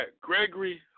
Gregory